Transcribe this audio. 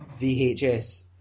VHS